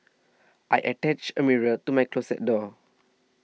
I attached a mirror to my closet door